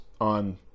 on